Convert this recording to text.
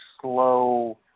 slow